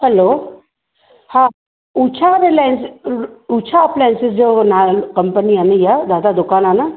hello हा Usha appliances Usha appliances जो नालो कंपनी आहे न इहा दादा दुकानु आहे न